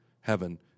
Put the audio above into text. heaven